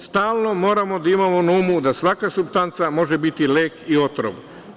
Stalno moramo da imamo na umu da svaka supstanca može biti lek i otrov.